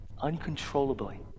uncontrollably